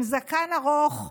עם זקן ארוך,